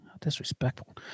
Disrespectful